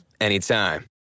anytime